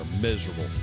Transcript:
miserable